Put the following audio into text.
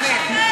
שנים.